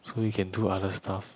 so you can do other stuff